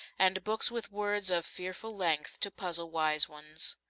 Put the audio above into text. and books with words of fearful length to puzzle wise ones.